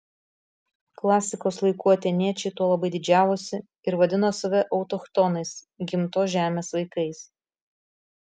klasikos laikų atėniečiai tuo labai didžiavosi ir vadino save autochtonais gimtos žemės vaikais